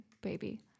baby